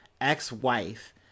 ex-wife